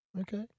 Okay